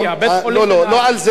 לא, לא על זה אני דיברתי.